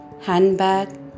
handbag